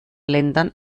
ländern